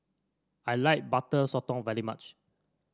I like Butter Sotong very much